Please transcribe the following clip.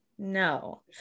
no